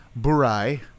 Burai